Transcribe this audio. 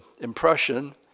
impression